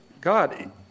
God